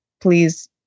please